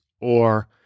or-